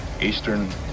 Eastern